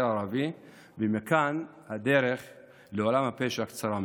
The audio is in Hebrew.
הערבי ומכאן הדרך לעולם הפשע קצרה מאוד.